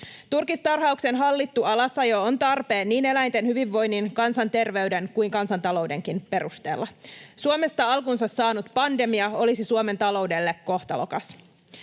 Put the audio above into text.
Turkistarhauksen hallittu alasajo on tarpeen niin eläinten hyvinvoinnin, kansanterveyden kuin kansantaloudenkin perusteella. Suomesta alkunsa saanut pandemia olisi Suomen taloudelle kohtalokas.